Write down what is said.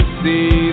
see